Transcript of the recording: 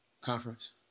conference